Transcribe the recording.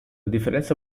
differenza